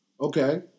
Okay